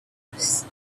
curse